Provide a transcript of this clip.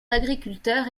agriculteurs